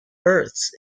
berths